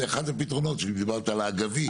זה אחד הפתרונות שאם דיברת על האגבי,